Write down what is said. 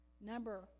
Number